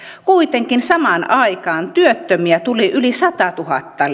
kuitenkin samaan aikaan työttömiä tuli yli satatuhatta